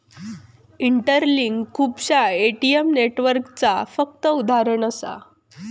interlink खुपश्या ATM नेटवर्कचा फक्त उदाहरण असा